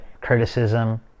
criticism